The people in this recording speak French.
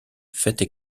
faites